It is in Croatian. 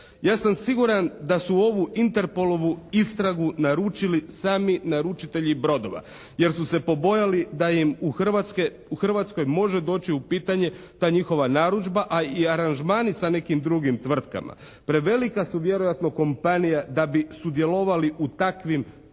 Ja sam siguran da su ovu Interpolovu istragu naručili sami naručitelji brodova, jer su se pobojali da im u Hrvatskoj može doći u pitanje ta njihova narudžba, a i aranžmani sa nekim drugim tvrtkama. Prevelika su vjerojatno kompanija da bi sudjelovali u takvim